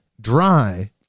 dry